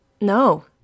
No